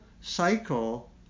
cycle